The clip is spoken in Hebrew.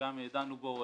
שדנו בו,